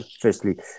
Firstly